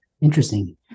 Interesting